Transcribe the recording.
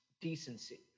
decency